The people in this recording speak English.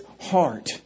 heart